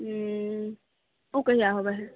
हूँ ओ कहिया होबै हइ